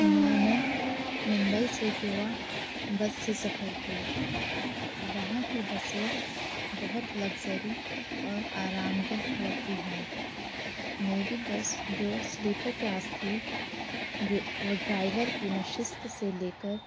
میں نے ممبئی سے گوا بس سے سفر کی وہاں کی بسیں بہت لگزری اور آرام دہ ہوتی ہیں میری بس جو سلیپر کلاس تھی وہ ڈرائیور کی نششت سے لے کر